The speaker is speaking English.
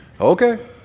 Okay